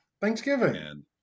thanksgiving